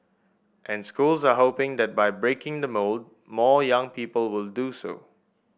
and schools are hoping that by breaking the mould more young people will do so